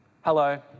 Hello